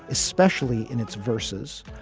especially in its verses,